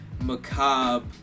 macabre